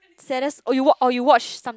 saddest or you wat~ or you watch some